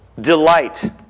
delight